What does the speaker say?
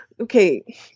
okay